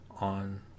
on